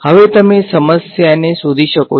હવે તમે સમસ્યાની શોધી શકો છો